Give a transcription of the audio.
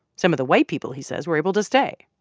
some of the white people, he says, were able to stay.